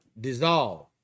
dissolve